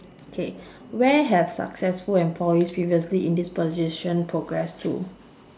okay where have successful employees previously in this position progressed to